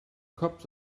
cops